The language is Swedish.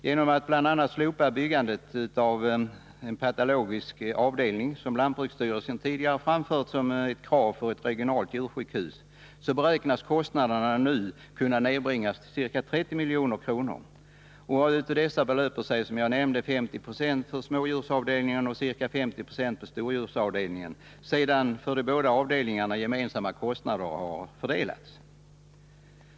Genom att man bl.a. slopar byggandet av en patologisk avdelning, som lantbruksstyrelsen tidigare framfört som ett krav för ett regionalt djursjukhus, beräknas kostnaderna nu kunna nedbringas till ca 30 milj.kr. Av dessa belöper sig, som jag nämnde, ca 50 7 på smådjursavdelningen och ca 50 96 på stordjursavdelningen, sedan för de båda avdelningarna gemensamma kostnader har fördelats.